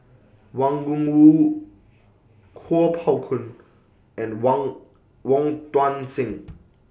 Wang Gungwu Kuo Pao Kun and Wang Wong Tuang Seng